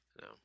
no